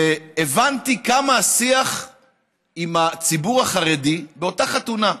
שהבנתי כמה השיח עם הציבור החרדי, באותה חתונה,